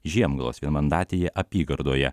žiemgalos vienmandatėje apygardoje